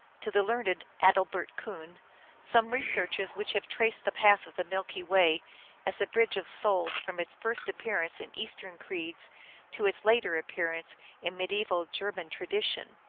to the learned adalbert kuhn some re searches which have traced the path of the milky way as a bridge of souls from its first appearance in eastern creeds to its later appearance in mediaeval german tradition.